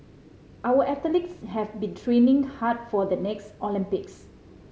our athletes have been training hard for the next Olympics